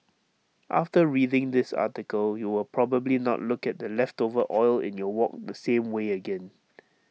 after reading this article you will probably not look at the leftover oil in your wok the same way again